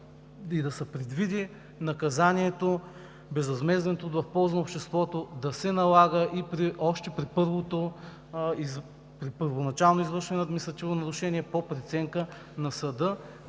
и да се предвиди наказанието „безвъзмезден труд в полза на обществото“ да се налага още и при първоначално извършено административно нарушение по преценка на съда,